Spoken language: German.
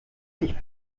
sich